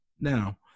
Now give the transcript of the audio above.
Now